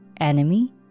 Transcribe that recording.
Enemy